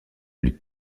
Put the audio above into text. lutte